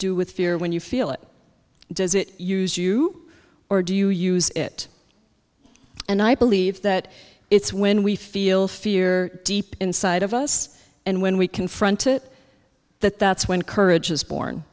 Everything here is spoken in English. do with fear when you feel it does it use you or do you use it and i believe that it's when we feel fear deep inside of us and when we confront it that that's when courage is born